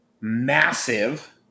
massive